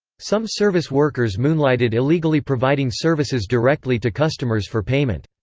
some service workers moonlighted illegally providing services directly to customers for payment.